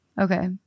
Okay